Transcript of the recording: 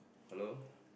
hello